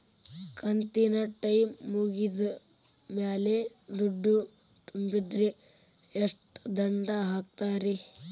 ಕಂತಿನ ಟೈಮ್ ಮುಗಿದ ಮ್ಯಾಲ್ ದುಡ್ಡು ತುಂಬಿದ್ರ, ಎಷ್ಟ ದಂಡ ಹಾಕ್ತೇರಿ?